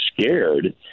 scared